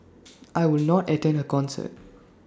I would not attend her concert